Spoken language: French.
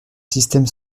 système